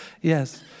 Yes